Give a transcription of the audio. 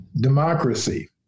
democracy